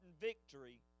victory